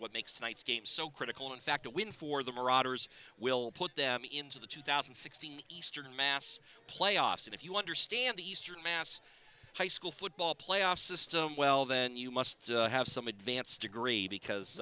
what makes tonight's game so critical in fact a win for the marauders will put them into the two thousand and sixteen eastern mass playoffs and if you understand the eastern mass high school football playoff system well then you must have some advanced degree because